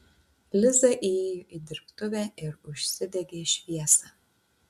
liza įėjo į dirbtuvę ir užsidegė šviesą